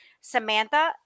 Samantha